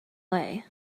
way